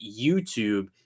YouTube